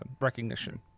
recognition